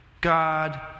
God